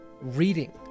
reading